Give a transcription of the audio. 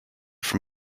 from